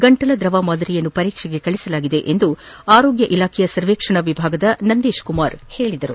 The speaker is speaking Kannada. ಗಂಟಲಿನ ದ್ರವ ಮಾದರಿಯನ್ನು ಪರೀಕ್ಷೆಗೆ ಕಳುಹಿಸಲಾಗಿದೆ ಎಂದು ಆರೋಗ್ತ ಇಲಾಖೆ ಸರ್ವೇಕ್ಷಣ ವಿಭಾಗದ ನಂದೀಶ್ ಕುಮಾರ್ ತಿಳಿಸಿದ್ದಾರೆ